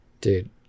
dude